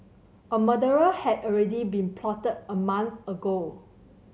a murder had already been plotted a month ago